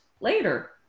later